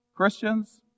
Christians